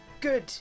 good